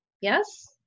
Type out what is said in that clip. Yes